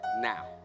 now